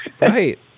Right